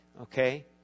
okay